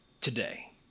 today